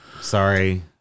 Sorry